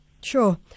Sure